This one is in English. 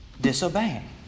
disobeying